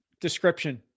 description